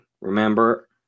Remember